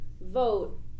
vote